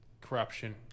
corruption